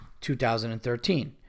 2013